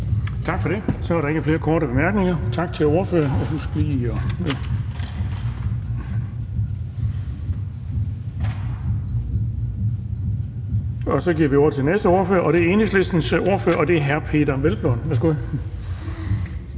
Tak for det. Så er der ikke flere korte bemærkninger. Tak til ordføreren. Og så giver vi ordet til næste ordfører, som er Enhedslistens ordfører. Hr. Peder Hvelplund, værsgo.